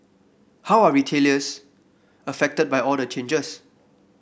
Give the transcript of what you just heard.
how are retailers affected by all the changes